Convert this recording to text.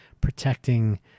protecting